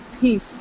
peace